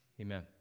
Amen